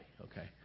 okay